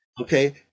Okay